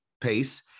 pace